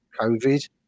Covid